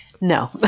no